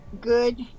good